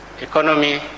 economy